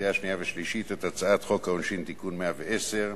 לקריאה שנייה ושלישית את הצעת חוק העונשין (תיקון מס' 110),